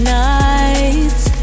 nights